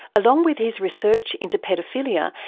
along with his research into paedophilia,